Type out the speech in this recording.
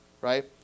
right